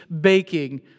baking